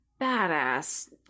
badass